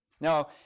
Now